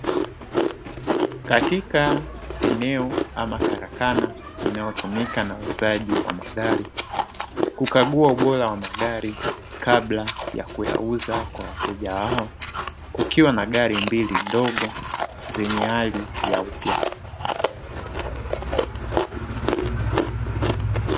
Katika eneo ama karakana, linalotumika na wauzaji wa magari kukagua ubora wa magari kabla ya kuyauza kwa wateja wao, kukiwa na gari mbili dogo zenye hali ya upya.